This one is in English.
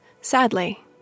sadly